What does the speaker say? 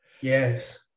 Yes